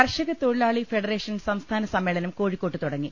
കർഷക തൊഴിലാളി ഫെഡറേഷൻ സംസ്ഥാന സമ്മേളനം കോഴിക്കോട്ട് തുടങ്ങി